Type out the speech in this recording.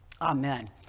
Amen